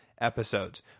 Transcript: episodes